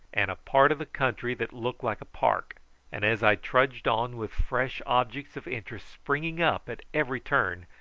and a part of the country that looked like a park and as i trudged on with fresh objects of interest springing up at every turn,